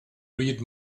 read